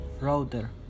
router